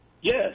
Yes